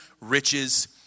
riches